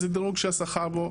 זה דירוג שהשכר בו,